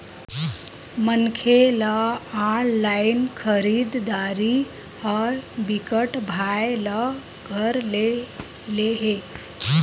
मनखे ल ऑनलाइन खरीदरारी ह बिकट भाए ल धर ले हे